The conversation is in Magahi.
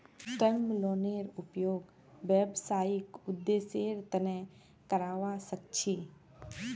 टर्म लोनेर उपयोग व्यावसायिक उद्देश्येर तना करावा सख छी